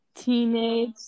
Teenage